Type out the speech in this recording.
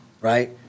right